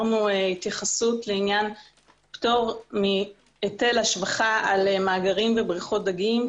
העברנו התייחסות לעניין פטור מהיטל השבחה על מאגרים ובריכות דגים.